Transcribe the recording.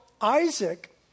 Isaac